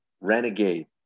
renegade